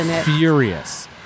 furious